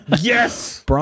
Yes